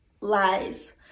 lies